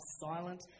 silent